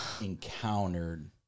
encountered